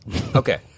Okay